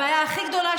הבעיה הכי גדולה,